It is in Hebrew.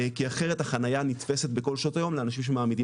כי אחרת החניה נתפסת בכל שעות היום לאנשים שמעמידים